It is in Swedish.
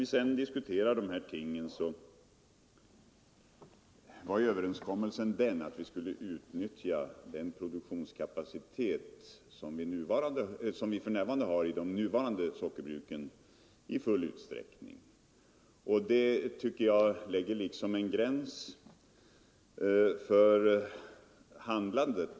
När vi diskuterar dessa ting bör vi minnas att överenskommelsen var att vi i full utsträckning skulle utnyttja den produktionskapacitet som vi för närvarande har vid de nuvarande sockerbruken. Det tycker jag lägger en gräns för vårt handlande.